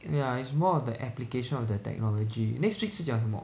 ya it's more of the application of the technology next week 是讲什么